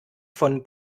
von